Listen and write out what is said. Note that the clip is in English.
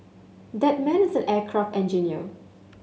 that man is an aircraft engineer